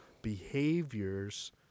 behaviors